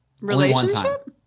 Relationship